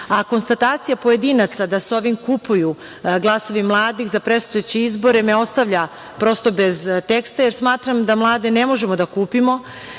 njih. Konstatacija pojedinaca da se ovim kupuju glasovi mladih za predstojeće izbore me ostavlja prosto bez teksta, jer smatram da mlade ne možemo da kupimo,